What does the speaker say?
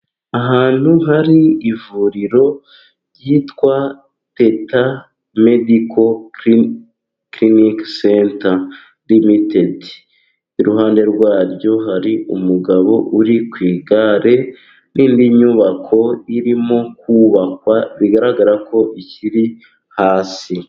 Ahantu hari ivuriro ryitwa Teta mediko kirinike seta limitedi. Iruhande rwaryo hari umugabo uri ku igare n'indi nyubako irimo kubakwa, bigaragara ko ikiri hasi.